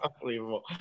unbelievable